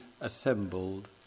assembled